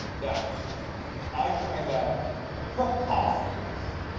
yeah i find that preposterous.